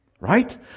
Right